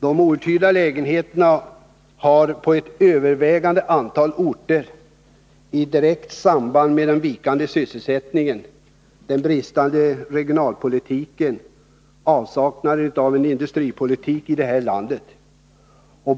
De outhyrda lägenheterna har på ett övervägande antal orter ett direkt samband med den vikande sysselsättningen och den bristande regionalpolitiken samt med avsaknaden av en industripolitik i det här landet.